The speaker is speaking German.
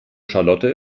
charlotte